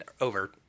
over